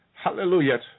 Hallelujah